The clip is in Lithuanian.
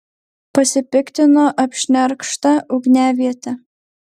pasipiktino apšnerkšta ugniaviete